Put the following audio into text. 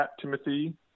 Timothy